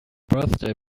birthday